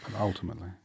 Ultimately